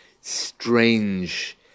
strange